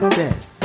best